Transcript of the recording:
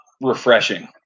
refreshing